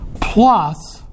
plus